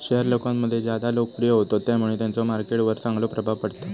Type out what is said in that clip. share लोकांमध्ये ज्यादा लोकप्रिय होतत त्यामुळे त्यांचो मार्केट वर चांगलो प्रभाव पडता